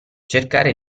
cercare